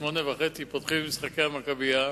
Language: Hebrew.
ב-20:30 נפתחים משחקי ה"מכבייה".